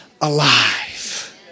alive